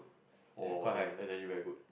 oh then that's actually very good